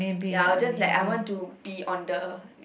ya I'll just like I want to be on the